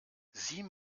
sieh